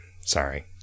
Sorry